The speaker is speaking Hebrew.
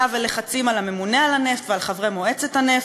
ולחצים על הממונה על הנפט ועל חברי מועצת הנפט,